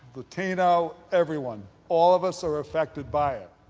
latino, everyone. all of us are affected by it.